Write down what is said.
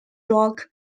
rock